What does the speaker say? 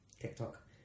tiktok